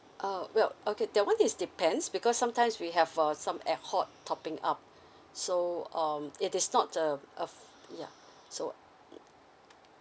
uh well okay that one is depends because sometimes we have uh some at hot topping up so um it is not uh uh yeah so mm